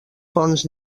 fonts